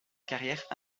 carrière